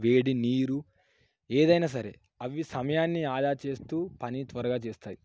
వేడి నీరు ఏదైనా సరే అవి సమయాన్ని ఆదా చేస్తూ పని త్వరగా చేస్తాయి